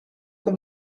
komt